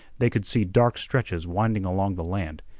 they could see dark stretches winding along the land,